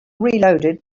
reloaded